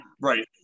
right